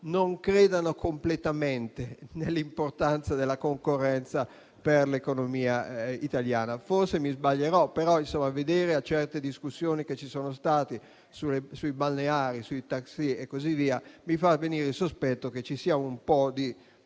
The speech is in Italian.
non credano completamente nell'importanza della concorrenza per l'economia italiana. Forse mi sbaglierò, però assistere a certe discussioni sui balneari, sui taxi e così via mi ha fatto venire il sospetto che ci sia un po' di